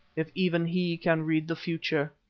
if even he can read the future.